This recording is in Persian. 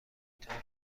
طارمی